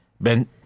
Ben